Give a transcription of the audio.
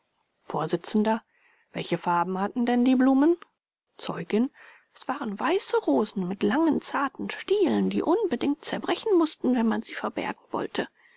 vors welche farben hatten denn die blumen zeugin es waren weiße rosen mit langen zarten stielen die unbedingt zerbrechen mußten wenn man sie verbergen wollte